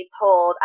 told